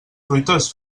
fruitós